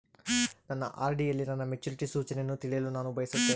ನನ್ನ ಆರ್.ಡಿ ಯಲ್ಲಿ ನನ್ನ ಮೆಚುರಿಟಿ ಸೂಚನೆಯನ್ನು ತಿಳಿಯಲು ನಾನು ಬಯಸುತ್ತೇನೆ